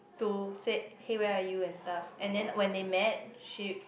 to said hey where are you and stuff and then when they met she